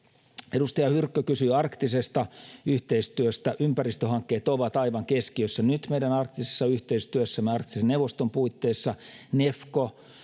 edustaja hyrkkö kysyi arktisesta yhteistyöstä ympäristöhankkeet ovat aivan keskiössä nyt meidän arktisessa yhteistyössämme arktisen neuvoston puitteissa